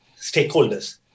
stakeholders